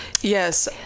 yes